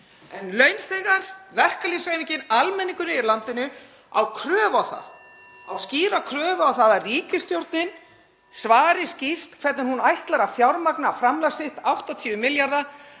En launþegar, verkalýðshreyfingin og almenningur í landinu (Forseti hringir.) á skýra kröfu um það að ríkisstjórnin svari skýrt hvernig hún ætlar að fjármagna framlag sitt, 80 milljarða.